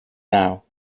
now